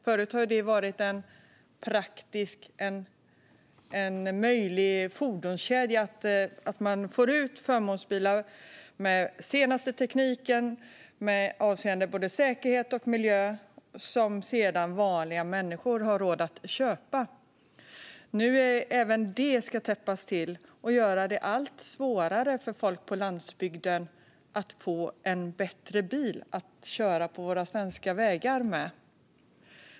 Förut har det varit en möjlig fordonskedja att en förmånsbil med den senaste tekniken avseende både säkerhet och miljö efter några år säljs till ett pris som vanliga människor har råd med. Men nu ska även detta täppas till, vilket gör det ännu svårare för folk på landsbygden att få en bättre bil att köra med på våra svenska vägar.